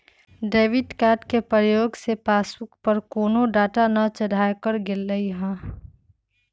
debit card के प्रयोग से पासबुक पर कोनो डाटा न चढ़ाएकर गेलइ ह